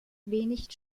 wenig